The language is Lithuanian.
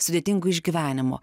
sudėtingų išgyvenimų